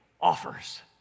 offers